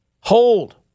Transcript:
hold